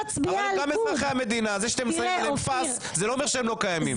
זה לא אומר שהם לא קיימים.